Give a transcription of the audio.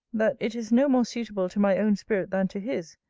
that it is no more suitable to my own spirit than to his,